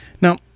Now